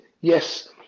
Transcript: Yes